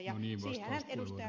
ja siihenhän ed